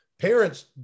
Parents